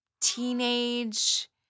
teenage